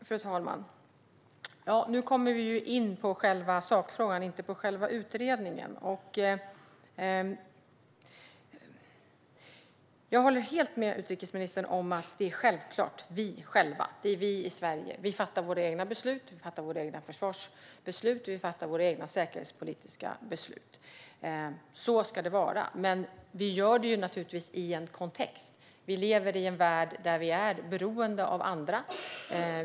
Fru talman! Nu kommer vi in på sakfrågan, inte på utredningen. Jag håller helt med utrikesministern om att det är självklart att vi i Sverige fattar våra egna beslut. Vi fattar våra egna försvarsbeslut, och vi fattar våra egna säkerhetspolitiska beslut. Så ska det vara. Men vi gör det naturligtvis i en kontext. Vi lever i en värld där vi är beroende av andra.